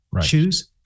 Choose